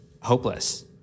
hopeless